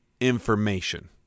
information